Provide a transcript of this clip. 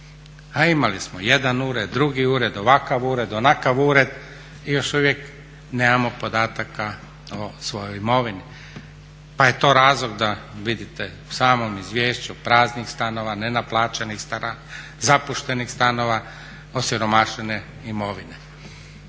imali smo jedan ured, drugi ured, ovakav ured, onakav ured i još uvijek nemamo podataka o svojoj imovini pa je to razlog da vidite u samom izvješću praznih stanova, nenaplaćenih stanova, zapuštenih stanova, osiromašene imovine.